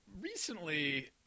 recently